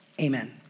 amen